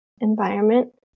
environment